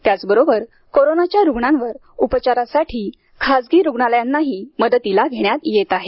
त्याचबरोबर कोरोनाच्या रुग्णांवर उपचारासाठी खासगी रुग्णालयानांही मदतीला घेण्यात येत आहे